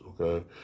okay